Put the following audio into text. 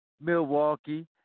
Milwaukee